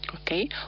Okay